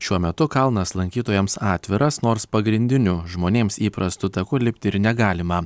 šiuo metu kalnas lankytojams atviras nors pagrindiniu žmonėms įprastu taku lipti ir negalima